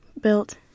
built